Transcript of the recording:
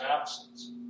absence